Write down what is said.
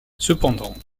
cependant